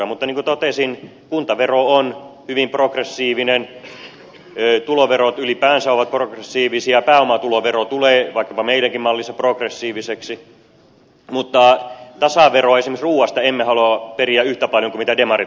mutta niin kuin totesin kuntavero on hyvin progressiivinen tuloverot ylipäänsä ovat progressiivisia pääomavero tulee vaikkapa meidänkin mallissamme progressiiviseksi mutta tasaveroa esimerkiksi ruuasta emme halua periä yhtä paljon kuin demarit haluavat